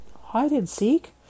Hide-and-seek